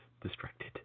distracted